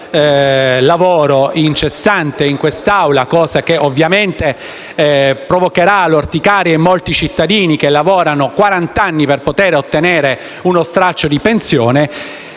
mesi di lavoro incessante in quest'Aula - cosa che ovviamente provocherà l'orticaria ai molti cittadini che lavorano quarant'anni per poter avere uno straccio di pensione